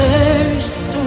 First